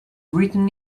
written